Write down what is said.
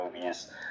movies